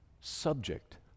subject